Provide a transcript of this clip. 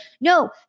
No